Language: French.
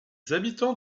habitants